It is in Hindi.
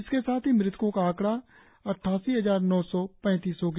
इसके साथ ही मृतको का आंकड़ा अट्ठासी हजार नौ सौ पैतीस हो गया